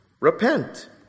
repent